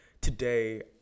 Today